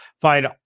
Find